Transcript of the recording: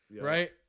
right